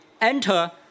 enter